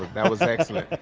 that was excellent.